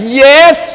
yes